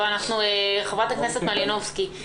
חברת הכנסת מלינובסקי,